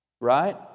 right